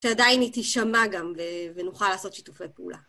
שעדיין היא תשמע גם, ונוכל לעשות שיתופי פעולה.